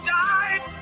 died